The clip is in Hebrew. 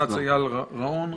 סנ"צ אייל ראון,